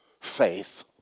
Faith